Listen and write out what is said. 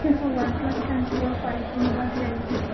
میرے کو OnePlus ten pro five G mobile چاہیے